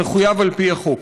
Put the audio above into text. שמחויב על פי החוק.